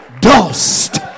Dust